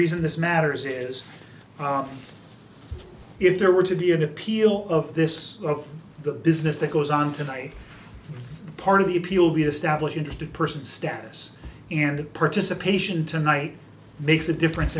reason this matters is if there were to be an appeal of this of the business that goes on tonight part of the appeal be to stablish interested person status and participation tonight makes a difference